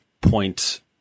point